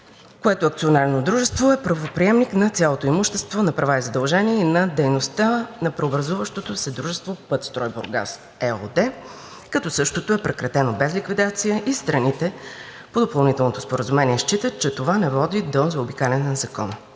което акционерно дружество е правоприемник на цялото имущество, на правата и задълженията и на дейността на преобразуващото се дружество в „Пътстрой Бургас“ ЕООД, като същото е прекратено без ликвидация и страните по допълнителното споразумение считат, че това не води до заобикаляне на закона.